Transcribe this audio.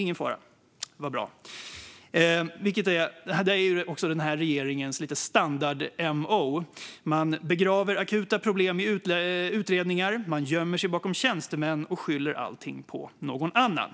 Detta är också den här regeringens standard-MO: Man begraver akuta problem i utredningar, gömmer sig bakom tjänstemän och skyller allt på någon annan.